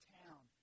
town